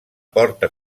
porta